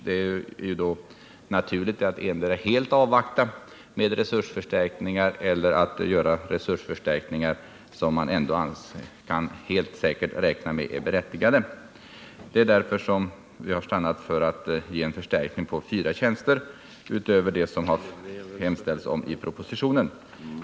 Det är då naturligt att man endera avvaktar med resursförstärkningar eller att man gör resursförstärkningar som man helt säkert kan räkna med är berättigade. Därför har vi stannat för en förstärkning med fyra tjänster utöver vad som hemställts om i propositionen.